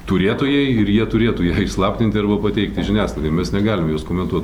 turėtojai ir jie turėtų ją išslaptinti arba pateikti žiniasklaidai mes negalim jos komentuot